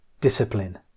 Discipline